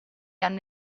hanno